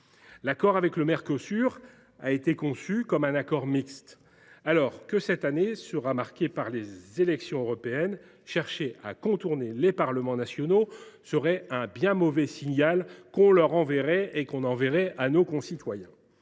L’accord avec le Mercosur a été conçu comme un accord mixte. Alors que cette année sera marquée par les élections européennes, chercher à contourner les parlements nationaux serait leur adresser un bien mauvais signal, à eux comme à nos concitoyens.